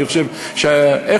אני חושב, כן, כן.